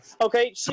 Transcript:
Okay